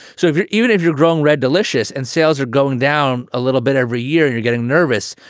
so if you're even if you're growing red, delicious and sales are going down a little bit every year, you're getting nervous,